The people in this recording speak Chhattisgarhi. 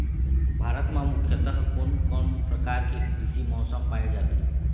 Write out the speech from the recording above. भारत म मुख्यतः कोन कौन प्रकार के कृषि मौसम पाए जाथे?